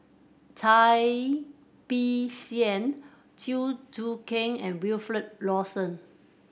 Cai Bixia Chew Choo Keng and Wilfed Lawson